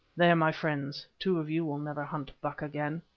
there, my friends, two of you will never hunt buck again.